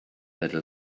little